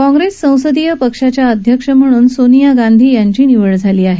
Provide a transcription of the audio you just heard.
काँग्रेस संसदिय पक्षाच्या अध्यक्ष म्हणून सोनिया गांधी यांची निवड झाली आहे